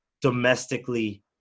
domestically